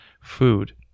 food